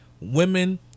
women